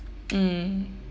mm